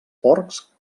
porcs